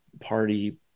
party